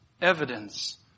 Evidence